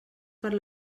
per